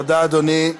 תודה, אדוני.